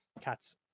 Cats